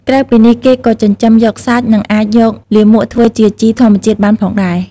ក្រៅពីនេះ គេក៏ចិញ្ចឹមយកសាច់ និងអាចយកលាមកធ្វើជាជីធម្មជាតិបានផងដែរ។